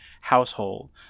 household